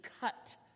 cut